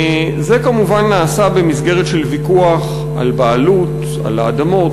זה כמובן נעשה במסגרת ויכוח על בעלות על האדמות.